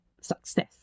Success